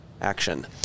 action